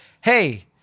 hey